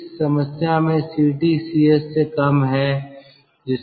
इस समस्या में Ct Cs से कम है